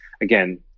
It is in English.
again